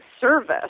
service